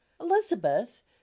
Elizabeth